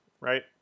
right